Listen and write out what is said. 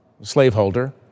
slaveholder